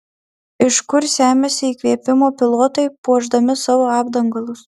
iš kur semiasi įkvėpimo pilotai puošdami savo apdangalus